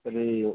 तर्हि